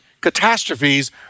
catastrophes